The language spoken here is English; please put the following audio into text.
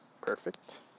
Perfect